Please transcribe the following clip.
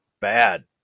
Bad